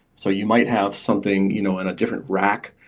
so you might have something you know in a different rack,